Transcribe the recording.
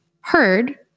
heard